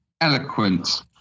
eloquent